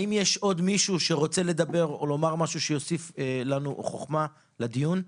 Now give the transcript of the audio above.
האם יש עוד מישהו שרוצה לדבר או לומר משהו שיוסיף לנו חוכמה לדיון?